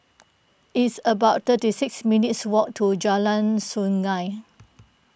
it's about thirty six minutes' walk to Jalan Sungei